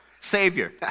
Savior